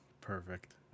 Perfect